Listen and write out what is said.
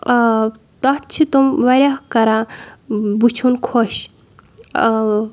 آ تَتھ چھِ تِم واریاہ کَران وُچھُن خۄش